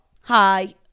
hi